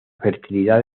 fertilidad